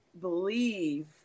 believe